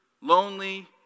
lonely